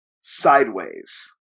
Sideways